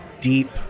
deep